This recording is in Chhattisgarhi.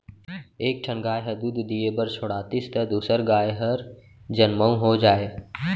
एक ठन गाय ह दूद दिये बर छोड़ातिस त दूसर गाय हर जनमउ हो जाए